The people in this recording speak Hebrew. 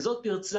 וזאת פרצה.